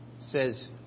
says